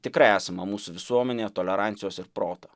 tikrai esama mūsų visuomenėje tolerancijos ir proto